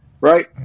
right